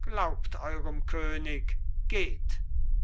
glaubt eurem könig geht